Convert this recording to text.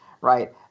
right